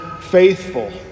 faithful